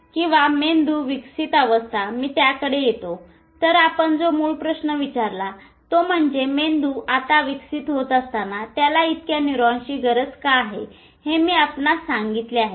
किंवा मेंदू विकसित अवस्था मी त्याकडे येतो तर आपण जो मूळ प्रश्न विचारला तो म्हणजे मेंदू आता विकसित होत असताना त्याला इतक्या न्यूरॉन्सची गरज का आहे हे मी आपणास सांगितले आहे